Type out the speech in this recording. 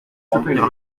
soutenir